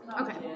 okay